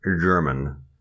German